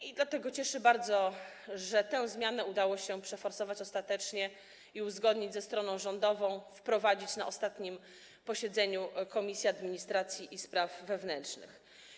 I dlatego cieszy bardzo, że tę zmianę udało się przeforsować ostatecznie i uzgodnić ze stroną rządową, wprowadzić na ostatnim posiedzeniu Komisji Administracji i Spraw Wewnętrznych.